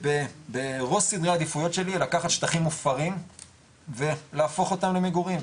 ברוב סדרי העדיפויות שלי לקחת שטחים מופרים ולהפוך אותם למגורים,